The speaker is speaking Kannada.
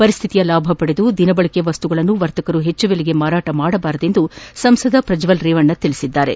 ಪರಿಸ್ತಿತಿಯ ಲಾಭ ಪಡೆದುಕೊಂಡು ದಿನಬಳಕೆ ವಸ್ತುಗಳನ್ನು ವರ್ತಕರು ಹೆಚ್ಚಿನ ಬೆಲೆಗೆ ಮಾರಾಟ ಮಾಡಬಾರದು ಎಂದು ಸಂಸದ ಪ್ರಜ್ಞಲ್ ರೇವಣ್ಣ ತಿಳಿಸಿದ್ದಾರೆ